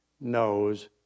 knows